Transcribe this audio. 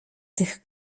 tych